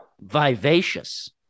vivacious